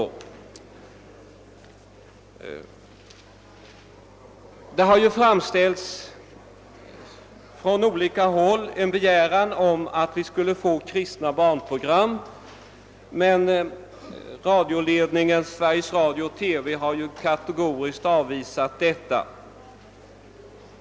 Från olika håll har framställts en begäran om att vi skulle få kristna barnprogram, men ledningen för Sveriges Radio-TV har kategoriskt avvisat denna.